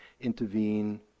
intervene